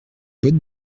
boîte